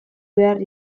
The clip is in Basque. behar